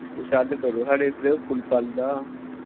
कुछ हल्ल करो साढ़ै इद्धर पुल पल बनाओ